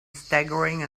staggering